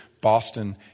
Boston